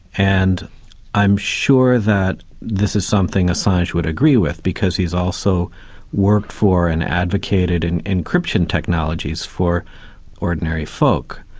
and i'm sure that this is something assange would agree with, because he's also worked for and advocated and encryption technologies for ordinary folk.